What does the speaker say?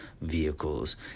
vehicles